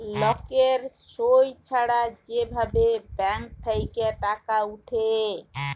লকের সই ছাড়া যে ভাবে ব্যাঙ্ক থেক্যে টাকা উঠে